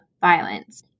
violence